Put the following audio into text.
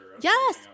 Yes